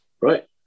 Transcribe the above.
right